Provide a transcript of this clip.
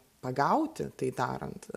pagauti tai darant